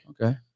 Okay